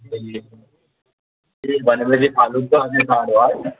ए भनेपछि फालुट